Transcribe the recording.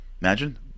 Imagine